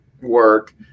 work